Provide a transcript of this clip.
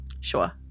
Sure